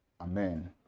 Amen